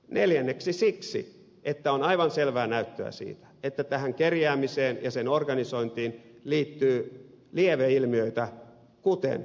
neljänneksi siksi että on aivan selvää näyttöä siitä että tähän kerjäämiseen ja sen organisointiin liittyy lieveilmiöitä kuten omaisuusrikoksia